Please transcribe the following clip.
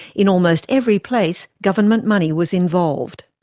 in almost every place, government money was involved.